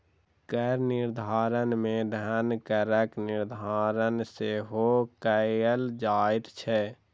कर निर्धारण मे धन करक निर्धारण सेहो कयल जाइत छै